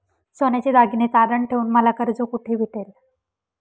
सोन्याचे दागिने तारण ठेवून मला कर्ज कुठे भेटेल?